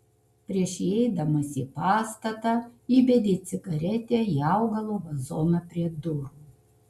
prieš įeidamas į pastatą įbedė cigaretę į augalo vazoną prie durų